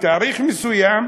בתאריך מסוים,